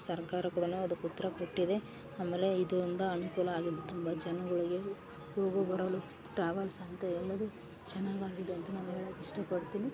ಸರ್ಕಾರ ಕೂಡ ಅದ್ಕೆ ಉತ್ತರ ಕೊಟ್ಟಿದೆ ಆಮೇಲೆ ಇದುಯಿಂದ ಅನುಕೂಲ ಆಗಿದ್ದು ತುಂಬ ಜನಗಳಿಗೆ ಹೋಗು ಬರಲು ಟ್ರಾವೆಲ್ಸ್ ಅಂತ ಎಲ್ಲದು ಚೆನ್ನಗಾಗಿದೆ ಅಂತ ನಾವು ಹೇಳೊಕ್ ಇಷ್ಟ ಪಡ್ತೀನಿ